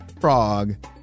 frog